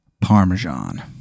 parmesan